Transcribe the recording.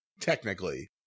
technically